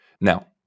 Now